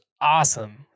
awesome